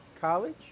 College